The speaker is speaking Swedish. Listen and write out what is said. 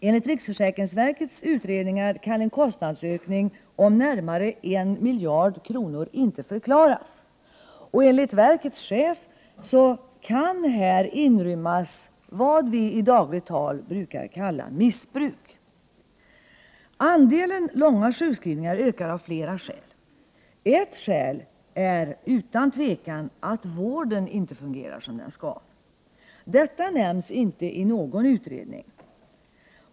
Enligt riksförsäkringsverkets utredningar kan en kostnadsökning om närmare 1 miljard kronor inte förklaras. Enligt uppgifter från verkets chef kan här inrymmas vad vi i dagligt tal brukar kalla missbruk. Andelen långa sjukskrivningar ökar av flera skäl. Ett skäl är utan tvivel att vården inte fungerar som den skall. Detta nämns inte i någon utredning.